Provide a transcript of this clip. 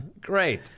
Great